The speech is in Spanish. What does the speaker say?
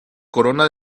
corona